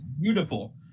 beautiful